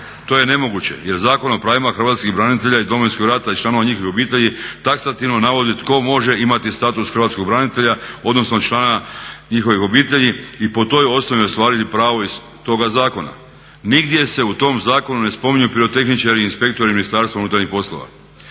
To je nemoguće jer Zakon o pravima hrvatskih branitelja iz Domovinskog rata i članova njihovih obitelji taksativno navodi tko može imati status hrvatskog branitelja odnosno člana njihovih obitelji i po toj osnovi ostvariti pravo iz toga zakona. Nigdje se u tom zakonu ne spominju pirotehničari i inspektori Ministarstva unutarnjih poslova.